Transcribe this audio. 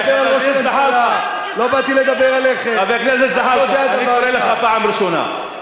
חבר הכנסת זחאלקה, אני קורא לך פעם ראשונה.